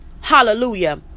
hallelujah